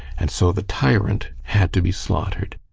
and so the tyrant had to be slaughtered.